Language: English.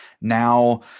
Now